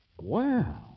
Wow